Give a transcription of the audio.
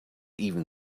even